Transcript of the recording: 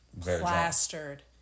plastered